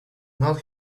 not